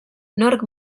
nork